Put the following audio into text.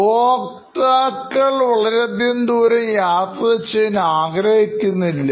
ഉപഭോക്താക്കൾ വളരെയധികം ദൂരം യാത്ര ചെയ്യാൻ ആഗ്രഹിക്കുന്നില്ല